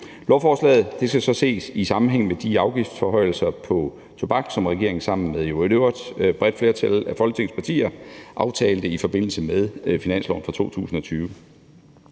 Lovforslaget skal ses i sammenhæng med de afgiftsforhøjelser på tobak, som regeringen sammen med et i øvrigt bredt flertal af Folketingets partier aftalte i forbindelse med finansloven for 2020.